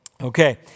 Okay